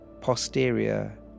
posterior